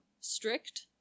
strict